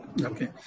Okay